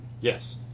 Yes